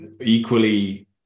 equally